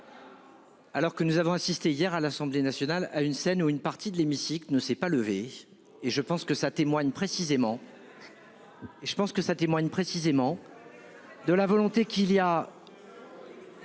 Alors que nous avons assisté hier à l'Assemblée nationale a une scène où une partie de l'hémicycle ne s'est pas levé et je pense que ça témoigne précisément. Et je pense que ça